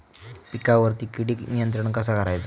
पिकावरची किडीक नियंत्रण कसा करायचा?